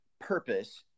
purpose